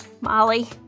Molly